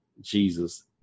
Jesus